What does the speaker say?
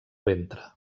ventre